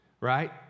Right